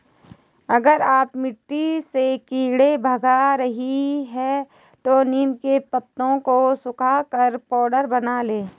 अगर आप मिट्टी से कीड़े भगा रही हैं तो नीम के पत्तों को सुखाकर पाउडर बना लें